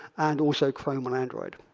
and also chrome on android.